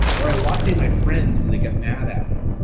or i latte my friends when they get mad at me.